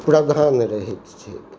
प्रधान रहैत छै